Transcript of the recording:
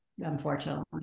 unfortunately